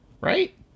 right